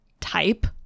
type